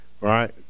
right